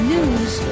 News